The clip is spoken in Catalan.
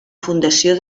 fundació